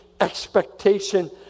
expectation